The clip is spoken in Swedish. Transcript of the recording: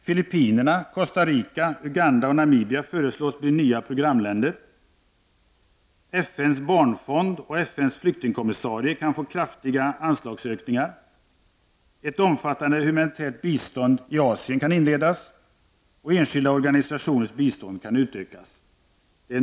Filippinerna, Costa Rica, Uganda och Namibia föreslås bli nya programländer. FN:s barnfond och FN:s flyktingkommissarie kan få kraftiga anslagsökningar. Ett omfattande humanitärt bistånd i Asien kan inledas. Enskilda organisationers bistånd kan utökas.